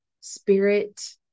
spirit